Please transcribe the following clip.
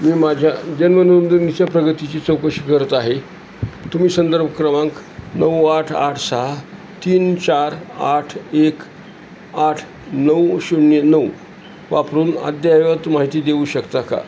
मी माझ्या जन्म नोंदणीच्या प्रगतीची चौकशी करत आहे तुम्ही संदर्भ क्रमांक नऊ आठ आठ सहा तीन चार आठ एक आठ नऊ शून्य नऊ वापरून अद्ययावत माहिती देऊ शकता का